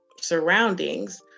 surroundings